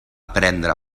prendre